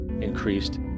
increased